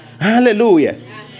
Hallelujah